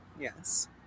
Yes